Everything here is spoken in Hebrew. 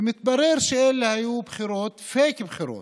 ומתברר שאלה היו פייק בחירות,